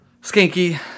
skanky